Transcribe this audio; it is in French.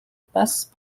passe